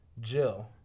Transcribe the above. Jill